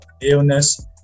illness